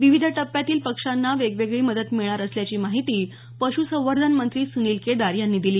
विविध टप्प्यांतील पक्षांना वेगवेगळी मदत मिळणार असल्याची माहिती पश्रसंवर्धन मंत्री सुनील केदार यांनी दिली